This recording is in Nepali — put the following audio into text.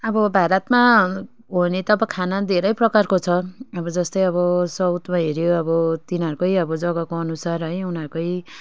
अब भारतमा हुने त अब खाना धेरै प्रकारको छ अब जस्तै अब साउथमा हेर्यो अब तिनीहरूकै अब जग्गाको अनुसार है उनीहरूकै